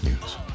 news